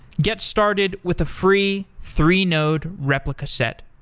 get started with a free three-node replica set,